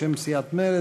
בשם סיעת מרצ.